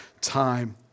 time